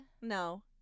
No